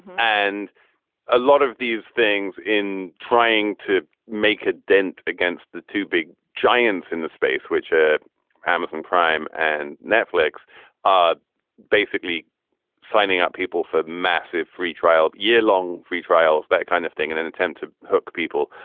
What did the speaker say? and a lot of these things in trying to make a dent against the two big giants in the space which are amazon prime and netflix basically signing up people for massive free trial yearlong free trials that kind of thing in an attempt to hook people.